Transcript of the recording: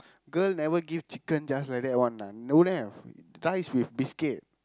girl never give chicken just like that one lah don't have rice with biscuit